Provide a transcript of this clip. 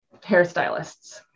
hairstylists